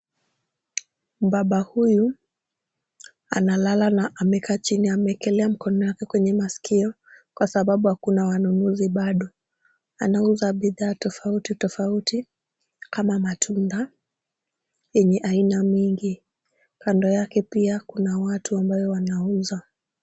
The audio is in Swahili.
Mbaba huyu analala na amekaa chini, amewekelea mkono yake kwenye masikio kwasababu hakuna wanunuzi bado. Anauza bidhaa tofauti tofauti kama matunda yenye aina mingi. Kando yake pia kuna watu ambayo wanauza.